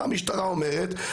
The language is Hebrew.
מה המשטרה אומרת?